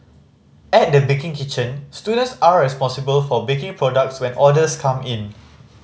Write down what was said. at the baking kitchen students are responsible for baking products when orders come in